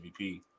MVP